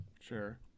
Sure